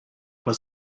was